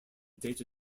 data